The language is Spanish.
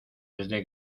desde